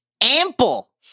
ample